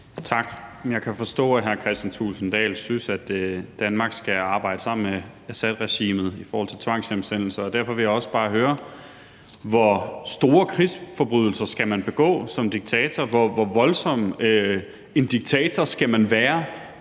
Tak. Jeg kan jo forstå, at hr. Kristian Thulesen Dahl synes, at Danmark skal arbejde sammen med Assadregimet i forhold til tvangshjemsendelser. Derfor vil jeg også bare høre: Hvor store krigsforbrydelser skal man som diktator begå, hvor voldsom en diktator skal man være,